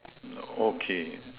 okay